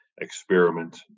experiment